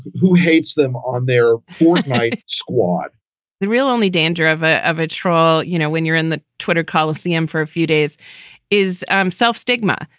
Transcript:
who hates them on their fourth night squad the real only danger of ah a of a trial. you know, when you're in the twitter coliseum for a few days is um self stigma.